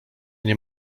nie